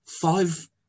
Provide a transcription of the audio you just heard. five